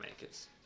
makers